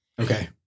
Okay